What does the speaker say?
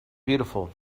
beautiful